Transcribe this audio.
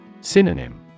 Synonym